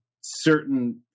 certain